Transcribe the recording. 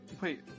Wait